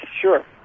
sure